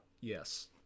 Yes